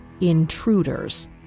intruders